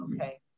okay